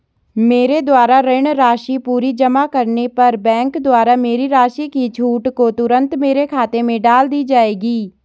मेरे द्वारा ऋण राशि पूरी जमा करने पर बैंक द्वारा मेरी राशि की छूट को तुरन्त मेरे खाते में डाल दी जायेगी?